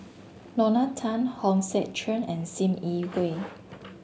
Lorna Tan Hong Sek Chern and Sim Yi Hui